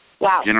Wow